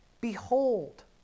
Behold